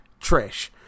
Trish